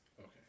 Okay